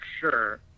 sure